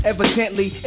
Evidently